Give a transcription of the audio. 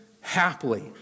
happily